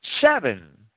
seven